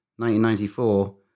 1994